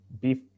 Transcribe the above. beef